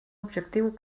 objectiu